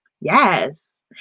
Yes